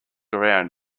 around